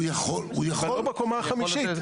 הוא יאפשר לבנות עד קומה רביעית.